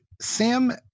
Sam